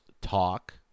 talk